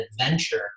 adventure